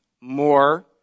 more